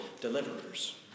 deliverers